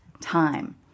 time